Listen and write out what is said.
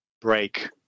break